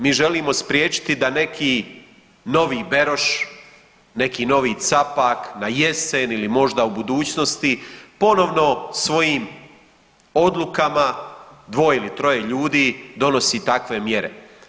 Mi želimo spriječiti da neki novi Beroš, neki novi Capak na jesen ili možda u budućnosti ponovno svojim odlukama, dvoje ili troje ljudi donosi takve mjere.